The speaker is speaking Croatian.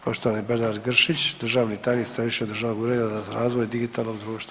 Poštovani Bernard Gršić državni tajnik Središnjeg državnog ureda za razvoj digitalnog društva.